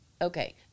Okay